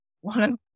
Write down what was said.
one